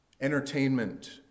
entertainment